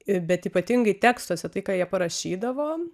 i bet ypatingai tekstuose tai ką jie parašydavo